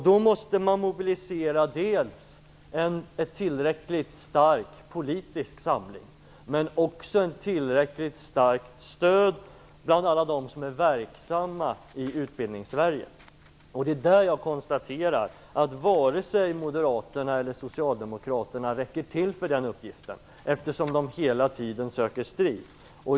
Då måste man mobilisera dels en tillräckligt stark politisk samling, dels ett tillräckligt starkt stöd bland alla dem som är verksamma i Utbildnings-sverige. Det är där jag konstaterar att vare sig Moderaterna eller Socialdemokraterna räcker till för den uppgiften, eftersom de hela tiden söker strid.